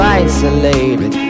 isolated